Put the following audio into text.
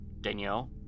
Danielle